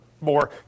more